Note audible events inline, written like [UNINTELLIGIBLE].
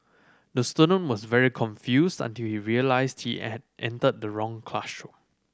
the student was very confused until he realised he [UNINTELLIGIBLE] entered the wrong classroom